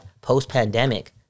post-pandemic